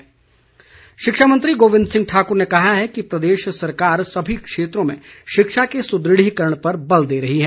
गोविंद ठाकुर शिक्षा मंत्री गोविंद सिंह ठाकुर ने कहा है कि प्रदेश सरकार सभी क्षेत्रों में शिक्षा के सुदृढ़ीकरण पर बल दे रही है